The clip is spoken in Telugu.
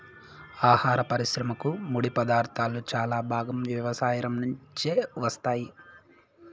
ఆహార పరిశ్రమకు ముడిపదార్థాలు చాలా భాగం వ్యవసాయం నుంచే వస్తాయి